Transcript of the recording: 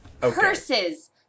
purses